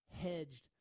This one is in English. hedged